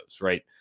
right